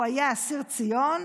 הוא היה אסיר ציון,